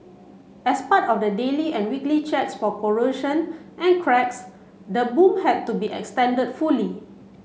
as part of the daily and weekly checks for corrosion and cracks the boom had to be extended fully